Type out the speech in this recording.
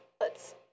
lets